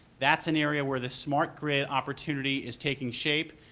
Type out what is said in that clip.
that's an area where the smart grid opportunity is taking shape,